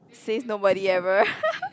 says nobody ever